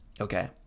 okay